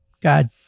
God